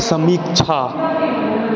समीक्षा